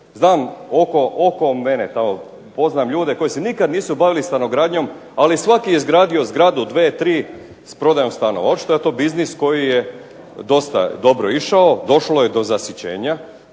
Znam, oko mene poznam ljude koji se nikad nisu bavili stanogradnjom ali svaki je izgradio zgradu dvije, tri s prodajom stanova. Očito je to biznis koji je dosta dobro išao, došlo je do zasićenja,